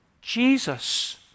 Jesus